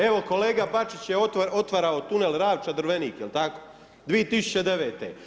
Evo kolega Bačić je otvarao tunel Ravča-Drvenik, je li tako, 2009?